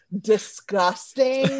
disgusting